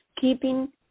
keeping